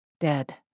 dead